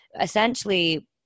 essentially